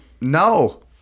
no